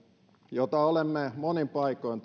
jota olemme monin paikoin